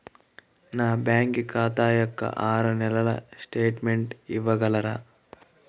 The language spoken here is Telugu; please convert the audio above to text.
నా బ్యాంకు ఖాతా యొక్క ఆరు నెలల స్టేట్మెంట్ ఇవ్వగలరా?